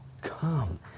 come